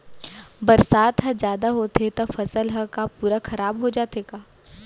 बरसात ह जादा होथे त फसल ह का पूरा खराब हो जाथे का?